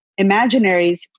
imaginaries